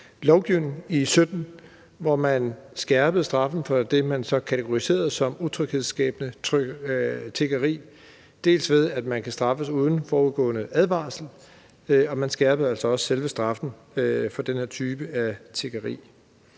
lovgivning i 2017, hvor man skærpede straffen for det, man så kategoriserede som utryghedsskabende tiggeri, dels ved at man kan straffes uden forudgående advarsel, dels ved at man altså også skærpede selve straffen for den her type af tiggeri.